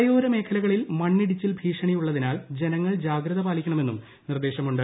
മലയോര മേഖകളിൽ മണ്ണിടിച്ചിൽ ഭീഷണിയുള്ളതിനാൽ ജനങ്ങൾ ജാഗ്രത പാലിക്കണമെന്നും നിർദ്ദേശമുണ്ട്